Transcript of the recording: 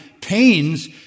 pains